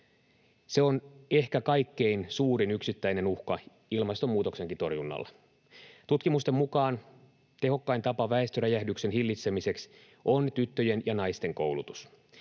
Se on ehkä kaikkein suurin yksittäinen uhka ilmastonmuutoksenkin torjunnalle. Tutkimusten mukaan tehokkain tapa väestöräjähdyksen hillitsemiseksi on tyttöjen ja naisten koulutus,